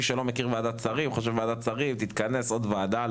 מי שלא מכיר וועדות שרים חושב: "תתכנס עוד וועדה".